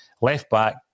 left-back